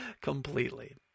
completely